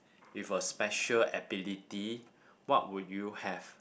with a special ability what would you have